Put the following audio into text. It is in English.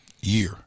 year